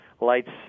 lights